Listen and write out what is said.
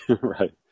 Right